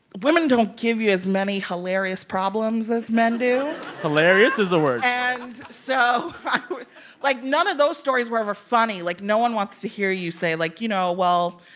women don't give you as many hilarious problems as men do hilarious is a word and so i would like, none of those stories were ever funny. like, no one wants to hear you say, like, you know, well,